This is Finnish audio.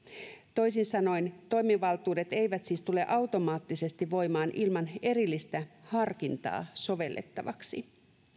toisin sanoen toimivaltuudet eivät siis tule automaattisesti voimaan ilman erillistä harkintaa sovellettavaksi